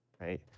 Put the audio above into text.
Right